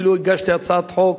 אפילו הגשתי הצעת חוק